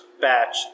batch